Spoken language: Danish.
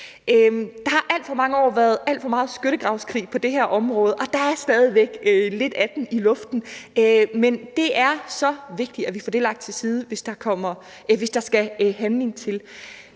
Der har i alt for mange år været alt for meget skyttegravskrig på det her område, og der er stadig væk lidt af den i luften, men det er så vigtigt, at vi får det lagt til side, hvis der skal handling til.